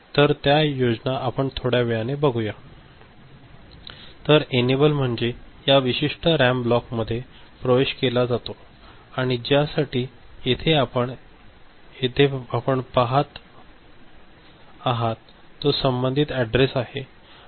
तर त्या योजना आपण थोड्या वेळाने पाहूया तर एनेबल म्हणजे या विशिष्ट रॅम ब्लॉकमध्ये प्रवेश केला जातो आणि ज्यासाठी येथे आपण येथे पाहत आहात तो संबंधित एडरेस आहे